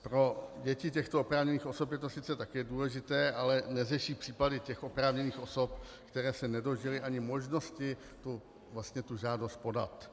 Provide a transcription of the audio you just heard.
Pro děti těchto oprávněných osob je to sice také důležité, ale neřeší případy těch oprávněných osob, které se nedožily ani možnosti vlastně tu žádost podat.